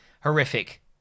horrific